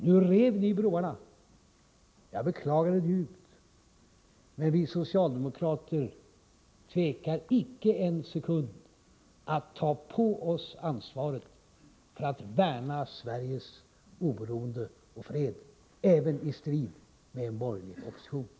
Nu river ni broarna. Jag beklagar detta djupt, men vi socialdemokrater tvekar inte en sekund att ta på oss ansvaret för att värna Sveriges oberoende och fred även i strid med en borgerlig opposition.